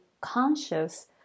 conscious